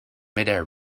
midair